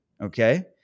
okay